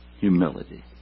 Humility